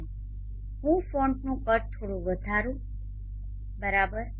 ચાલો હું ફોન્ટનું કદ થોડું વધારું બરાબર છે